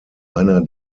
einer